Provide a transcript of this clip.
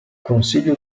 consiglio